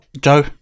Joe